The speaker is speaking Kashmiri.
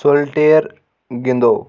سولٹیئر گِنٛدَو